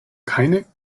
keine